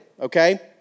okay